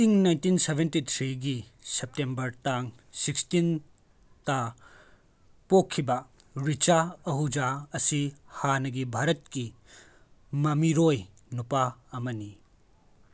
ꯏꯪ nineteen seventy ꯊ꯭ꯔꯤꯒꯤ September ꯇꯥꯡ ꯁꯤꯛꯁꯇꯤꯟꯇ ꯄꯣꯛꯈꯤꯕ ꯔꯤꯆꯥ ꯑꯍꯨꯖꯥ ꯑꯁꯤ ꯍꯥꯟꯅꯒꯤ ꯚꯥꯔꯠꯀꯤ ꯃꯃꯤꯔꯣꯏ ꯅꯨꯄꯥ ꯑꯃꯅꯤ